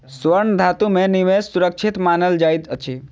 स्वर्ण धातु में निवेश सुरक्षित मानल जाइत अछि